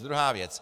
Druhá věc.